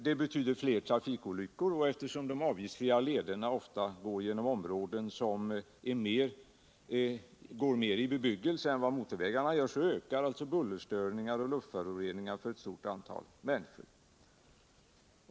Det betyder fler trafikolyckor, och eftersom de avgiftsfria lederna oftare än motorvägarna går genom bebyggelse, ökar bullerstörningarna och luftföroreningarna för ett stort antal människor.